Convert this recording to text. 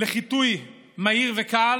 לחיטוי מהיר וקל